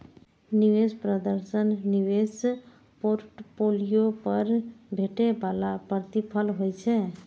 निवेश प्रदर्शन निवेश पोर्टफोलियो पर भेटै बला प्रतिफल होइ छै